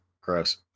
gross